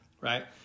right